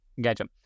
Gotcha